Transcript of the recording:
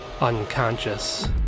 unconscious